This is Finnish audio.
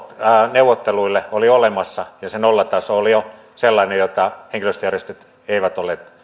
neuvotteluille oli olemassa ja se nollataso oli jo sellainen jota henkilöstöjärjestöt eivät olleet